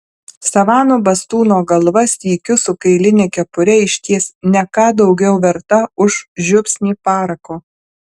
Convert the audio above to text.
savanų bastūno galva sykiu su kailine kepure išties ne ką daugiau verta už žiupsnį parako